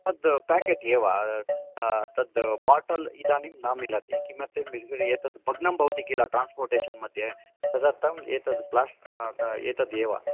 तद् पेकेट् एव तद् बाटल् इदानीं न मिलति किमर्थम् एतद् भग्नं भवति किल ट्रान्स्पोर्टेषन्मध्ये तदर्थम् एतद् प्लास् एतद्देव